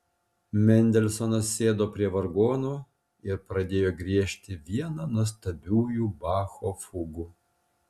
mendelsonas sėdo prie vargonų ir pradėjo griežti vieną nuostabiųjų bacho fugų